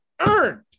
Earned